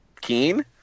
Keen